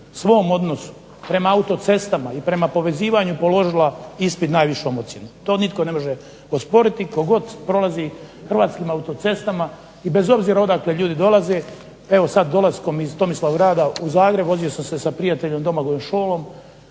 svom odnosu prema autocestama i prema povezivanju položila ispit s najvišom ocjenom, to nitko ne može osporiti, tko god prolazi hrvatskim autocestama i bez obzira odakle ljudi dolaze. Evo sad dolaskom iz Tomislavgrada u Zagreb vozio sam se sa prijateljem Domagojem Šolom,